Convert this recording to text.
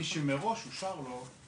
מי שמראש אושר לו לקבל את המידע.